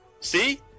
See